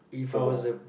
for